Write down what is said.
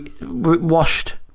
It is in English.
washed